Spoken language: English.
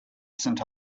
saint